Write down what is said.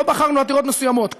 לא בחרנו עתירות מסוימות,